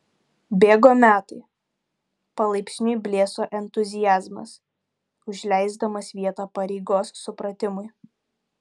bėgo metai palaipsniui blėso entuziazmas užleisdamas vietą pareigos supratimui